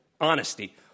Honesty